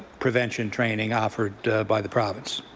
prevention training offered by the province.